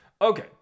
Okay